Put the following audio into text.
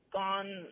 gone